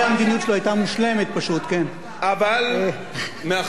אבל מאחר שהוא סמל לעדינות